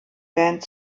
band